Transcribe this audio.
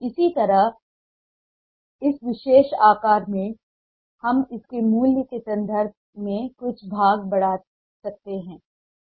इसी तरह इस विशेष आकार में हम इसके मूल्य के संदर्भ में कुछ भाग बढ़ा सकते हैं